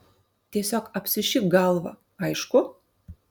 tiesiog apsišik galvą aišku